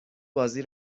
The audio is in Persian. بازی